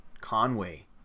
Conway